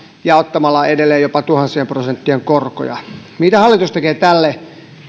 ja ottamalla edelleen jopa tuhansien prosenttien korkoja mitä hallitus tekee tälle